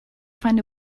find